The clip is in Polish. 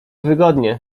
wygodnie